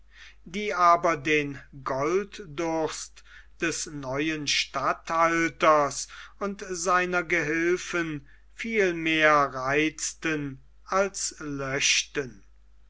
die aber den golddurst des neuen statthalters und seiner gehilfen viel mehr reizten als löschten